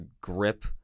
grip